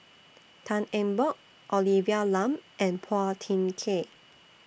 Tan Eng Bock Olivia Lum and Phua Thin Kiay